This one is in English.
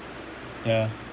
ya